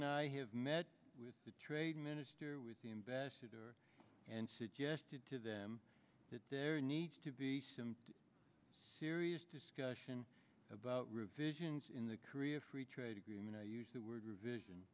and i have met with the trade minister with the ambassador and suggested to them that there needs to be some serious discussion about revisions in the korea free trade agreement i use the word revision